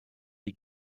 die